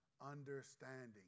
understanding